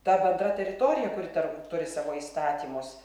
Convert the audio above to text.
ta bendra teritorija kuri tar turi savo įstatymus